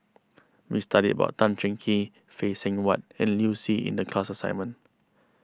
we studied about Tan Cheng Kee Phay Seng Whatt and Liu Si in the class assignment